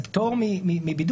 זה פטור מבידוד,